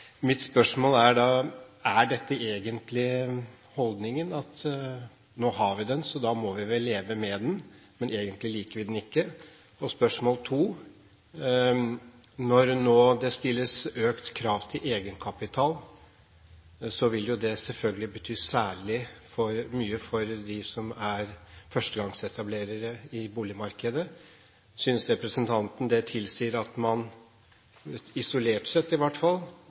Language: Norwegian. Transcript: Mitt spørsmål er da: Er dette egentlig holdningen, at nå har vi den, så da må vi vel leve med den, men egentlig liker vi den ikke? Spørsmål to: Når det nå stilles økt krav til egenkapital, vil jo det selvfølgelig bety særlig mye for dem som er førstegangsetablerere i boligmarkedet. Synes representanten det tilsier at man, isolert sett i hvert fall,